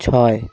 ছয়